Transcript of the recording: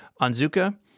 Anzuka